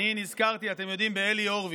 אני נזכרתי, אתם יודעים, באלי הורביץ.